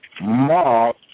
Mark